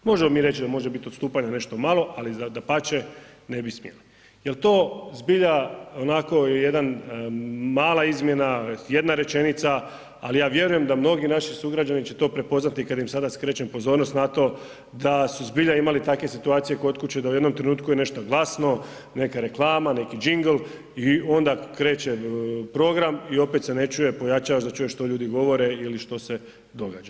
Možemo mi reći da može biti odstupanja nešto malo, ali dapače ne bi smjelo jel to zbilja onako jedan mala izmjena, jedna rečenica, ali ja vjerujem da mnogi naši sugrađani će to prepoznati kada im sada skrećem pozornost na to da su zbilja imali takve situacije kod kuće da je u jednom trenutku nešto glasno, neka reklama, neki jingl i onda kreće program i opet se ne čuje, pojačate da čujete što ljudi govore ili što se događa.